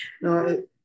No